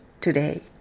today